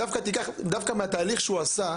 דווקא מהתהליך שהוא עשה,